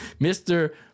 Mr